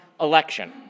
election